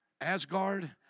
Asgard